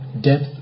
depth